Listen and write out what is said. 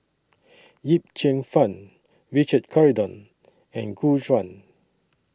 Yip Cheong Fun Richard Corridon and Gu Juan